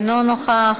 אינו נוכח,